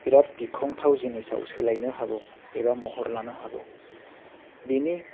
बिराद गिख्रंथाव जिनिसाव सोलायनो हागौ एबा महर लानो हागौ बेनि